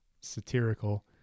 satirical